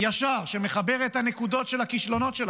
ישר שמחבר את הנקודות של הכישלונות שלכם.